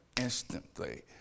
instantly